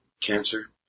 Cancer